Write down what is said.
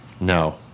No